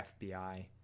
FBI